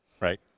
right